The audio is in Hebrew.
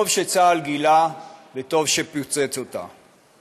טוב שצה"ל גילה וטוב שפוצץ אותה.